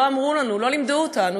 לא אמרו לנו, לא לימדו אותנו.